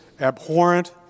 abhorrent